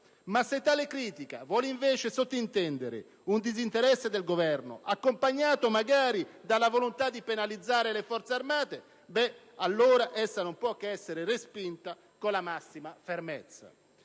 Se tale critica invece vuole sottintendere un disinteresse del Governo, magari accompagnato dalla volontà di penalizzare le Forze armate, allora non può che essere respinta con la massima fermezza,